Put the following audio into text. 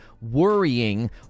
worrying